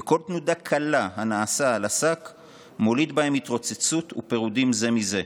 וכל תנודה קלה הנעשית על השק מוליד בהם התרוצצות ופירודים זה מזה,